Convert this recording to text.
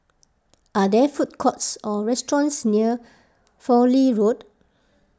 are there food courts or restaurants near Fowlie Road